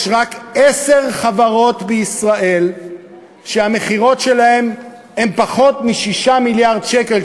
יש רק עשר חברות בישראל שהמכירות שלהן הן פחות מ-6 מיליארד שקל,